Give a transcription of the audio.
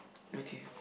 okay